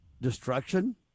Destruction